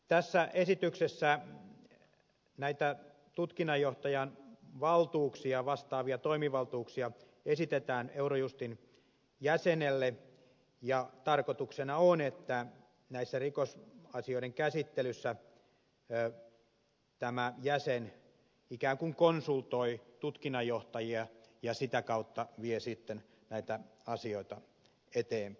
tässä esityksessä näitä tutkinnanjohtajan valtuuksia vastaavia toimivaltuuksia esitetään eurojustin jäsenelle ja tarkoituksena on että rikosasioiden käsittelyissä tämä jäsen ikään kuin konsultoi tutkinnanjohtajia ja sitä kautta vie sitten näitä asioita eteeni